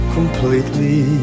Completely